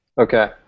Okay